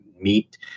meet